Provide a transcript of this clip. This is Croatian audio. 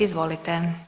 Izvolite.